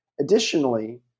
Additionally